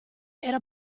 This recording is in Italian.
era